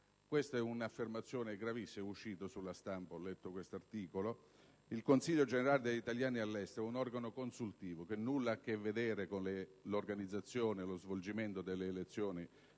questa è un'affermazione gravissima uscita sulla stampa. Il Consiglio generale degli italiani all'estero è un organo consultivo, che nulla ha a che vedere con l'organizzazione e lo svolgimento delle elezioni